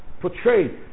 portray